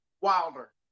Wilder